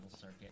circuit